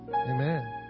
Amen